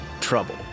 trouble